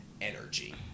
energy